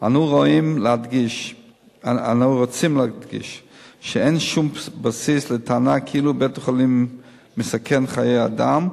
אנחנו רוצים להדגיש שאין שום בסיס לטענה כאילו בית-החולים מסכן חיי אדם,